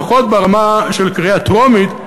לפחות ברמה של קריאה טרומית,